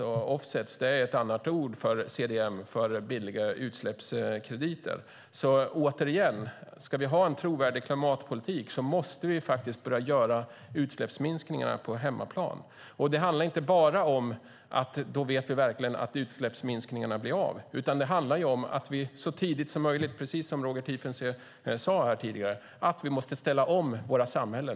Offsets är ett annat ord för CDM, billiga utsläppskrediter. Återigen: Ska vi ha en trovärdig klimatpolitik måste vi börja göra utsläppsminskningarna på hemmaplan. Det handlar inte bara om att vi då verkligen vet att utsläppsminskningarna blir av, utan det handlar om att vi så tidigt som möjligt måste ställa om våra samhällen, precis som Roger Tiefensee sade här tidigare.